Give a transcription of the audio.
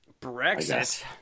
brexit